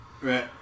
Right